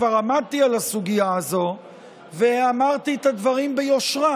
כבר עמדתי על הסוגיה הזו ואמרתי את הדברים ביושרה.